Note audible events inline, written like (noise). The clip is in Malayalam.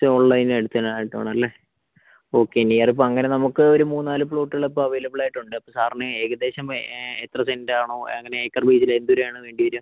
(unintelligible) അടുത്ത് തന്നെയായിട്ട് വേണം അല്ലെ ഓക്കെ നിയർ ഇപ്പോൾ അങ്ങനെ നമുക്ക് ഒരു മൂന്നാല് പ്ലോട്ടുകൾ ഇപ്പോൾ അവൈലബിൾ ആയിട്ടുണ്ട് അപ്പോൾ സാറിന് ഏകദേശം എത്ര സെൻറ് ആണോ അങ്ങനെ ഏക്കർ (unintelligible) എന്തോരമാണ് വേണ്ടിവരിക